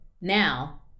Now